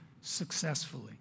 successfully